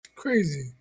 Crazy